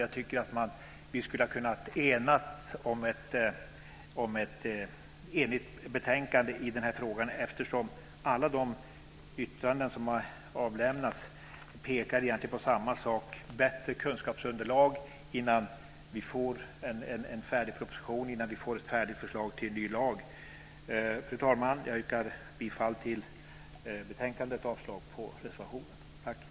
Jag menar att vi skulle ha kunnat enas kring ett enhälligt betänkande i frågan eftersom man i alla yttranden som avlämnats egentligen pekar på samma sak, nämligen på behovet av ett bättre kunskapsunderlag innan vi får en proposition, ett färdigt förslag till ny lag. Fru talman! Jag yrkar bifall till utskottets förslag i betänkandet och avslag på reservationen.